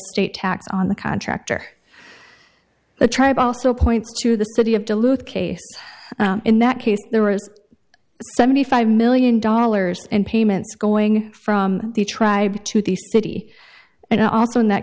state tax on the contractor the tribe also points to the city of duluth case in that case there was seventy five million dollars in payments going from the tribe to the city and also in that